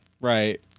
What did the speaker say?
Right